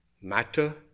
matter